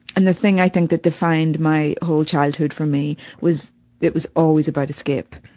and the thing i think that defined my whole childhood for me was it was always about escape.